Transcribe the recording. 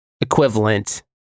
equivalent